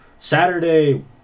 Saturday